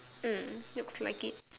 mm looks like it